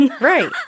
right